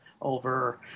over